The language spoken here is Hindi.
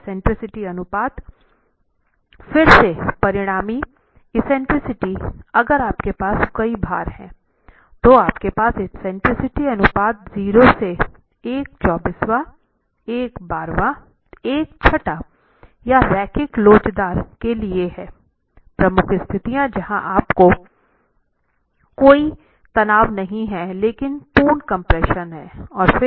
और एक्सेंट्रिसिटी अनुपात फिर से परिणामी एक्सेंट्रिसिटी अगर आपके पास कई भार हैं तो आपके पास एक्सेंट्रिसिटी अनुपात 0 से एक चौबीसवाँ एक बारहवां एक छठा यह रैखिक लोचदार के लिए हैं प्रमुख स्थिति जहां आपको कोई तनाव नहीं है लेकिन पूर्ण कम्प्रेशन है